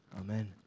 Amen